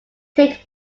take